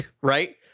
right